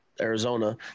Arizona